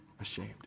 ashamed